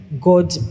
God